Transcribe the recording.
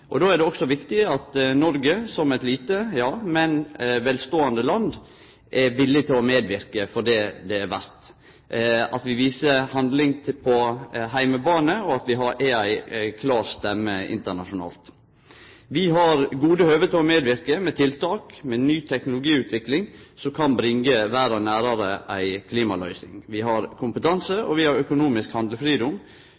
Då er det også viktig at Noreg som eit lite, men velståande land er villig til å medverke for det det er verdt, at vi viser handling på heimebane, og at vi er ei klar stemme internasjonalt. Vi har gode høve til å medverke med tiltak og ny teknologiutvikling som kan bringe verda nærare ei klimaløysing. Vi har kompetanse